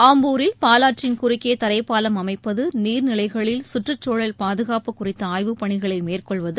ஆம்பூரில் பாலாற்றின் குறுக்கே தரைப்பாலம் அமைப்பது நீர்நிலைகளில் சுற்றுச்சூழல் பாதுகாப்பு குறித்த ஆய்வுப் பணிகளை மேற்கொள்வது